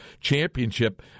championship